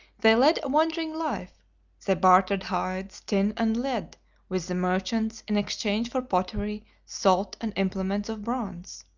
they led a wandering life they bartered hides, tin, and lead with the merchants in exchange for pottery, salt, and implements of bronze.